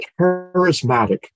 charismatic